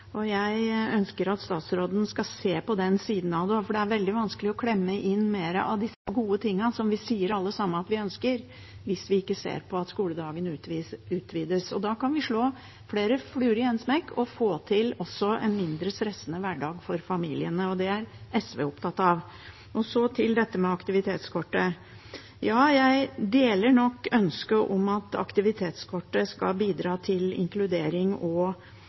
og jeg ønsker at statsråden skal se på den siden av det. Det er veldig vanskelig å klemme inn flere av de gode tingene som vi alle sier at vi ønsker, hvis vi ikke ser på at skoledagen utvides. Da kan vi slå flere fluer i én smekk og også få til en mindre stressende hverdag for familiene – det er SV opptatt av. Så til dette med aktivitetskortet: Jeg deler nok ønsket om at aktivitetskortet skal bidra til inkludering og